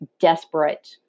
desperate